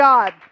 God